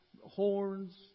Horns